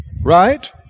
right